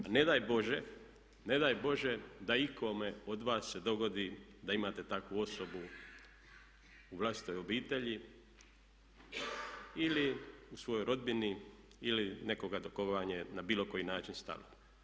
A ne daj Bože da ikome od vas se dogodi da imate takvu osobu u vlastitoj obitelji ili u svojoj rodbini ili nekoga do koga vam je na bilo koji način stalo.